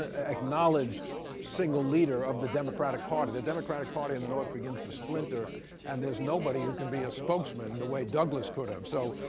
ah acknowledged single leader of the democratic party. the democratic party in the north begins to splinter and there's nobody who can be a spokesman the way douglas could have. so,